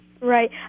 Right